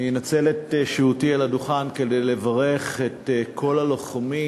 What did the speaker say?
אני אנצל את שהותי על הדוכן כדי לברך את כל הלוחמים